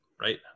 right